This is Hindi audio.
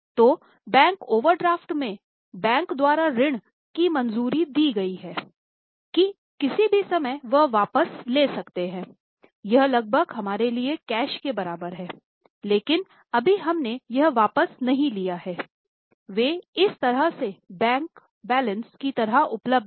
तो बैंक ओवरड्राफ्ट में बैंक द्वारा ऋण की मंजूरी दी गई है कि किसी भी समय हम वापस ले सकते हैं यह लगभग हमारे लिए कैश के बराबर है लेकिन अभी हमने यह वापस नहीं लिया हैं वें इस तरह से बैलेंस की तरह उपलब्ध हैं